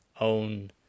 own